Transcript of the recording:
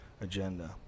agenda